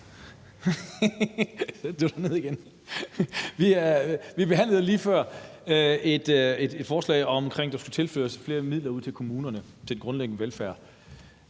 Vi behandlede lige før et forslag omkring, at der skulle føres flere midler ud til kommunerne til den grundlæggende velfærd.